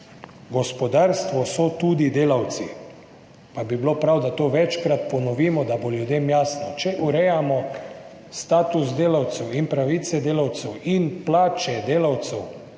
Gospodarstvo so tudi delavci, pa bi bilo prav, da to večkrat ponovimo, da bo ljudem jasno. Če urejamo status delavcev, pravice delavcev in plače delavcev,